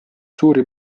suuri